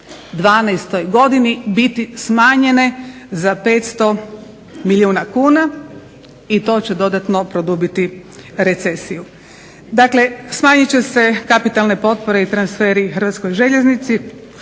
2012. godini biti smanjene za 500 milijuna kuna i to će dodatno produbiti recesiju. Dakle, smanjit će se kapitalne potpore i transferi Hrvatskoj željeznici